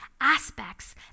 aspects